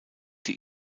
die